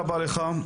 שלום לכולם,